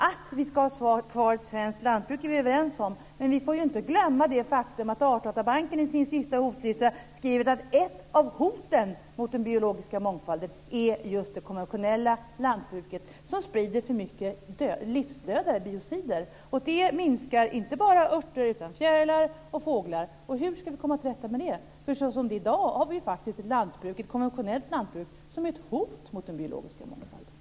Vi är överens om att vi ska ha kvar svenskt lantbruk, men vi får inte glömma det faktum att Artdatabanken i sin senaste skrift skriver att ett av hoten mot den biologiska mångfalden är just det konventionella lantbruket, som sprider för mycket biocider, dvs. livsdödare. Detta minskar inte bara antalet örter utan också fjärilar och fåglar. Hur ska vi komma till rätta med det? Som det är i dag framstår konventionellt lantbruk som ett hot mot den biologiska mångfalden.